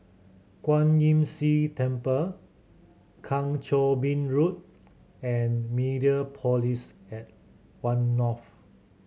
Kwan Imm See Temple Kang Choo Bin Road and Mediapolis at One North